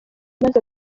maze